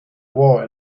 war